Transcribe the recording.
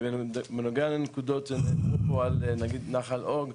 בנוגע לנקודות שנאמרו פה, נגיד על נחל אוג,